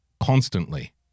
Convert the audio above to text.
constantly